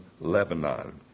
Lebanon